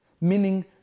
Meaning